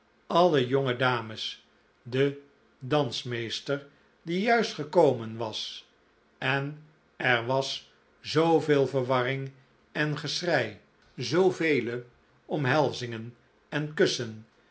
alle jonge dames de dansmeester die juist gekomen was en er was zooveel verwarring en geschrei zoovele omhelzingen en kussen